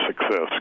success